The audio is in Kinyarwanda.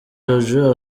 jojo